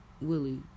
Willie